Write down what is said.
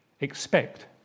expect